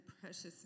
precious